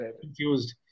confused